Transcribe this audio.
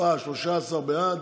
13 בעד,